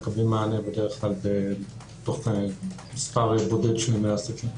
מקבלים מענה בדרך כלל תוך מספר בודד של ימי עסקים.